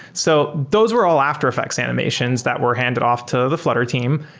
so those were all after effects animations that were handed off to the flutter team.